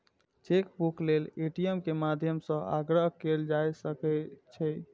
chequebook लेल ATM के माध्यम सं आग्रह कैल जा सकै छै